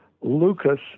lucas